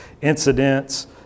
incidents